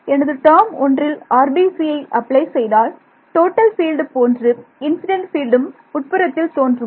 எனது டேர்ம் 1ல் RBCயை அப்ளை செய்தால் டோட்டல் பீல்டு போன்று இன்ஸிடெண்ட் பீல்டும் உட்புறத்தில் தோன்றுமா